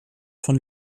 von